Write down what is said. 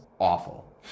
Awful